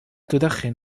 تدخن